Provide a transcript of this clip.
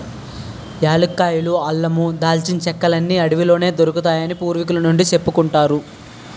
ఏలక్కాయలు, అల్లమూ, దాల్చిన చెక్కలన్నీ అడవిలోనే దొరుకుతాయని పూర్వికుల నుండీ సెప్పుకుంటారు